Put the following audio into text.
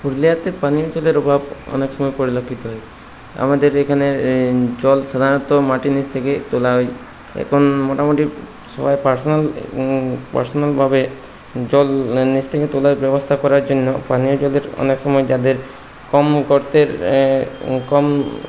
পুরুলিয়াতে পানীয় জলের অভাব অনেক সময় পরিলক্ষিত হয় আমাদের এইখানে জল সাধারণত মাটির নিচ থেকে তোলা হয় এখন মোটামোটি সবাই পার্সোনাল পার্সোনালভাবে জল নিচ থেকে তোলার ব্যবস্থা করার জন্য পানীয় জলের অনেক সময় যাদের কম্ম কর্তের কম